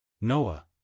Noah